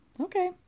Okay